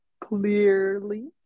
clearly